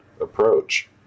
approach